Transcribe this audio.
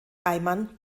reimann